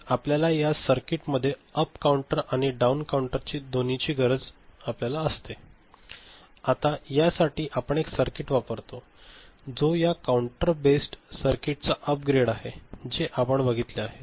तर आपल्याला या सर्किट मध्ये अप काउंटर आणि डाउन काउंटर दोन्हीची गरज आहे आम्हाला दोघांची गरज आहे आता यासाठी आपण एक सर्किट वापरतो जो या काउंटर बेस्ड सर्किटचा अपग्रेड आहे जे आपण बघितले आहे